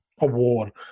Award